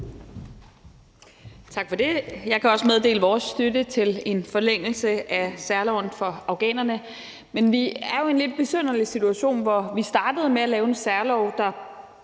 Tak for det. Jeg kan også meddele vores støtte til en forlængelse af særloven for afghanerne. Men vi er jo i en lidt besynderlig situation, hvor vi startede med at lave en særlov, der,